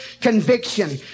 conviction